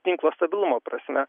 tinklo stabilumo prasme